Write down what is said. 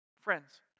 Friends